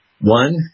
One